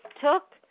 took